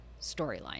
storyline